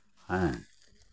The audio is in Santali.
ᱦᱮᱸ